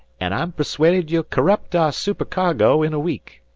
an' i'm persuaded ye'll corrupt our supercargo in a week.